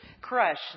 Crush